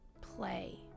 play